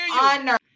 honor